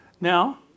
Now